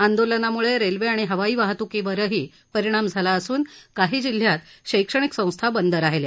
आंदोलनामुळे रेल्वे आणि हवाई वाहतुकीवरही परिणाम झाला असून काही जिल्ह्यांत शैक्षणिक संस्था बंद राहिल्या